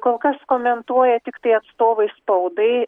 kol kas komentuoja tiktai atstovai spaudai